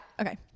okay